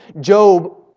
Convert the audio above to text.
Job